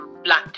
black